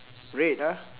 red ah